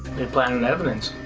planted evidence.